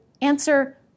answer